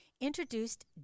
introduced